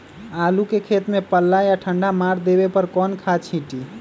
आलू के खेत में पल्ला या ठंडा मार देवे पर कौन खाद छींटी?